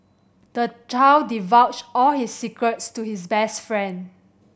the child divulged all his secrets to his best friend